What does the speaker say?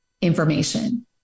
information